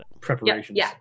preparations